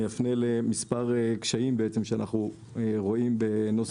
אני אפנה עכשיו למספר קשיים שאנחנו רואים בנוסח הצעת החוק.